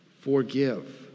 forgive